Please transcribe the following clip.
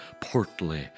portly